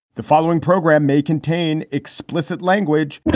the following program may contain explicit language and